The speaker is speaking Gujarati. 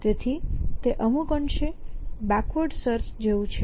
તેથી તે અમુક અંશે બેકવર્ડ સર્ચ જેવું છે